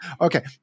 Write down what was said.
Okay